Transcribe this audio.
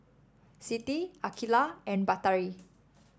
Siti Aqilah and Batari